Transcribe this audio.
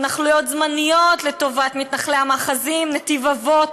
התנחלויות זמניות לטובת מתנחלי המאחזים: נתיב האבות,